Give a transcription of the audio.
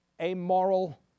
amoral